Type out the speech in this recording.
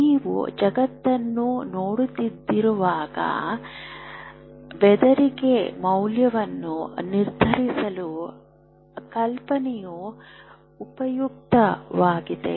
ನೀವು ಜಗತ್ತನ್ನು ನೋಡುತ್ತಿರುವಾಗ ಬೆದರಿಕೆ ಮೌಲ್ಯವನ್ನು ನಿರ್ಧರಿಸಲು ಕಲ್ಪನೆಯು ಉಪಯುಕ್ತವಾಗಿದೆ